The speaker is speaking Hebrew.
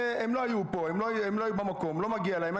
הם לא היו פה, הם לא היו במקום, לא מגיע להם.